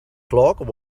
clock